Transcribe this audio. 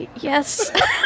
yes